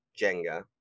Jenga